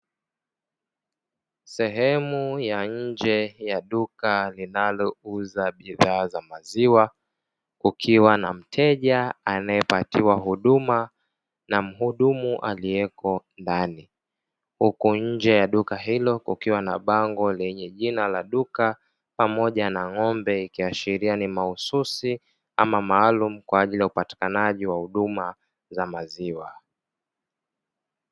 Sehemu ya nje ya duka linaouza bidhaa za maziwa, kukiwa na mteja anayepatiwa huduma na mhudumu aliyeko ndani, huku nje ya duka hilo kukiwa na bango lenye jina la duka na ng'ombe; ikiashiria ni mahususi ama maaalumu kwa ajili ya upatikanaji wa huduma za maziwa.